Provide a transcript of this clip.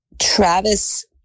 Travis